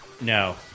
No